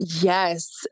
Yes